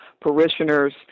parishioners